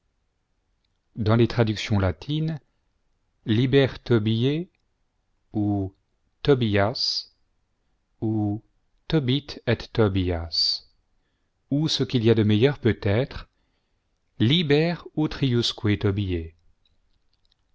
dans les traductions latines liber tobise ou tobias ou tobit et tobias ou ce qu'il y a de meilleur peut-être liber